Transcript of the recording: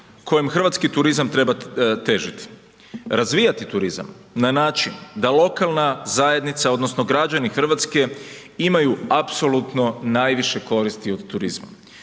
kojem hrvatski turizam treba težiti. Razvijati turizam na način da lokalna zajednica odnosno građani hrvatske imaju apsolutno najviše koristi od turizma.